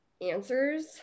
answers